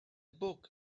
book